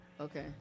Okay